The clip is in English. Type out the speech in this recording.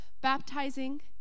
baptizing